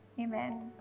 Amen